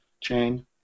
chain